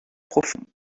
profondes